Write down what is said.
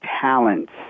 talents